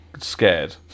scared